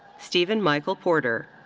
stephen michael porter.